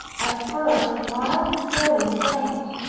at first wide-spread and faint.